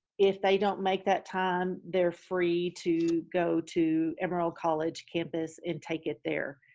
if they don't make that time, they're free to go to amarillo college campus and take it there,